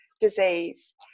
disease